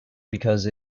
because